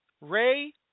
Ray